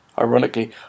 Ironically